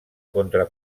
contra